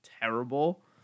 terrible